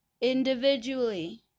individually